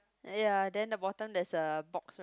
ya then the bottom there's a box